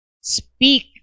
Speak